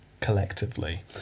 Collectively